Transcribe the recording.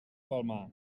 palmar